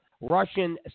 Russian